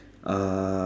uh